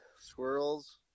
Squirrels